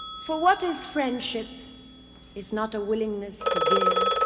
for what is friendship if not a willingness to give,